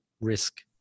risk